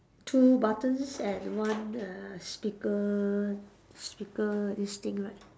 two buttons and one err speaker speaker this thing right